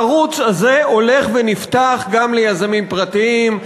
הערוץ הזה הולך ונפתח גם ליזמים פרטיים,